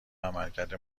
عملکرد